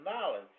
knowledge